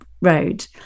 road